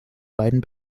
beiden